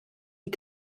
die